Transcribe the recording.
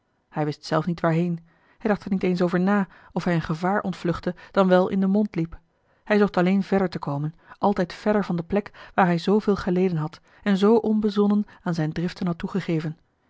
hij wist zelf niet waarheen hij dacht er niet eens over na of hij een gevaar ontvluchtte dan wel in den mond liep hij zocht alleen verder te komen altijd verder van de plek waar hij zooveel geleden had en zoo onbezonnen aan zijne driften had toegegeven